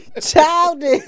Childish